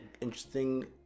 interesting